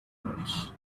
boards